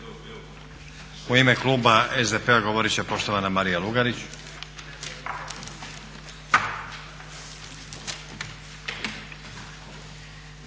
U ime kluba SDP-a govorit će poštovana Marija Lugarić.